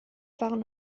waren